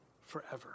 forever